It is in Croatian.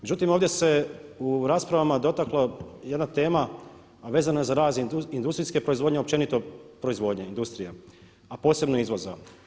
Međutim, ovdje se u raspravama dotakla jedna tema a vezana je za rast industrijske proizvodnje općenito proizvodnje, industrija, a posebno izvoza.